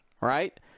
right